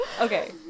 okay